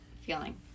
feeling